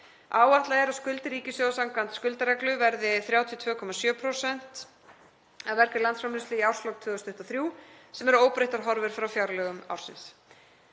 Áætlað er að skuldir ríkissjóðs samkvæmt skuldareglu verði 32,7% af vergri landsframleiðslu í árslok 2023 sem eru óbreyttar horfur frá fjárlögum ársins